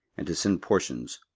and to send portions,